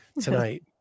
tonight